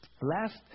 last